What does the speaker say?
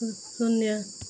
शून्य